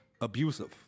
abusive